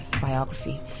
biography